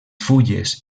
fulles